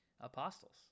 apostles